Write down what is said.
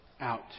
out